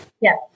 Yes